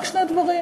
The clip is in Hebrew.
רק שני דברים: